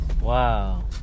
Wow